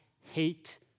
hate